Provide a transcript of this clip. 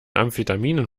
amphetaminen